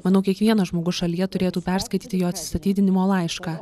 manau kiekvienas žmogus šalyje turėtų perskaityti jo atsistatydinimo laišką